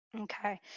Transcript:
Okay